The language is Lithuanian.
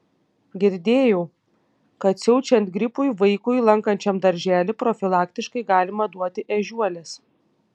girdėjau kad siaučiant gripui vaikui lankančiam darželį profilaktiškai galima duoti ežiuolės